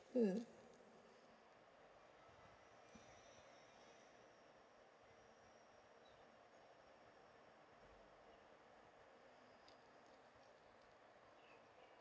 mm